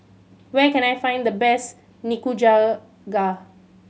where can I find the best Nikujaga